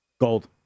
Gold